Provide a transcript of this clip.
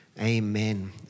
Amen